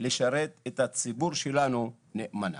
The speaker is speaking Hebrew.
לשרת את הציבור שלנו נאמנה.